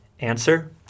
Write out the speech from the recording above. Answer